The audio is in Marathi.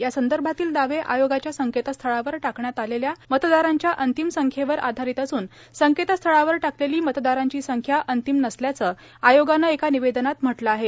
या संदर्भातील दावे आयोगाच्या संकेतस्थळावर टाकण्यात आलेल्या मतदारांच्या अंतिम संख्येवर आधारित असून संकेतस्थळावर टाकलेली मतदारांची संख्या अंतिम नसल्याचं आयोगानं एका निवेदनात म्हटलं आहे